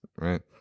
right